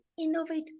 innovate